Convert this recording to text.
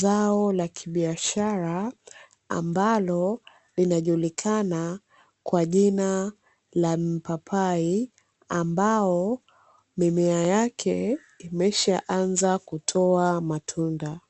zao la kibiashara ambalo linajulikana kwa jina la mpapai, ambao mimea yake imeshaanza kutoa matunda.